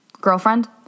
Girlfriend